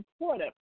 important